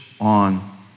on